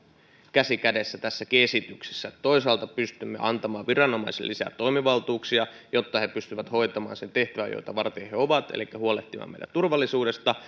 käsi kädessä tässäkin esityksessä toisaalta pystymme antamaan viranomaisille lisää toimivaltuuksia jotta he pystyvät hoitamaan sen tehtävän jota varten he ovat elikkä huolehtimaan meidän turvallisuudesta